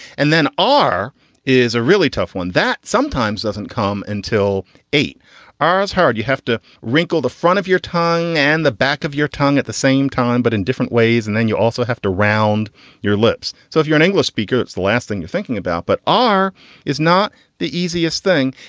and then r is a really tough one that sometimes doesn't come until eight hours hard. you have to wrinkle the front of your tongue and the back of your tongue at the same time, but in different ways. and then you also have to round your lips. so if you're an english speaker, it's the last thing you're thinking about. but r is not the easiest thing.